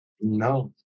No